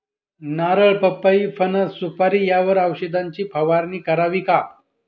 नारळ, पपई, फणस, सुपारी यावर औषधाची फवारणी करावी का?